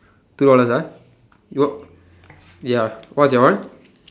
two dollars ah you want ya what's your one